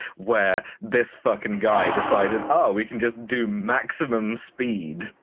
where this fuckin' guy decided, ah, we can just do maximum speed,